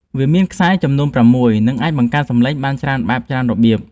វាមានខ្សែចំនួនប្រាំមួយ និងអាចបង្កើតសំឡេងបានច្រើនបែបច្រើនរបៀប។